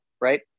right